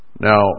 Now